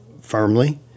firmly